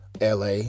LA